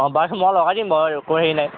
অঁ বাৰু মই লগাই দিম বাৰু হেৰি নাই